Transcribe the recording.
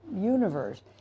universe